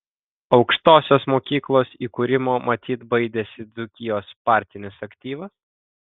aukštosios mokyklos įkūrimo matyt baidėsi dzūkijos partinis aktyvas